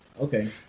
Okay